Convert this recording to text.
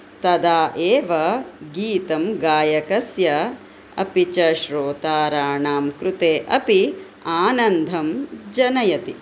तदा एव गीतं गायकस्य अपि च श्रोताराणां कृते अपि आनन्दं जनयति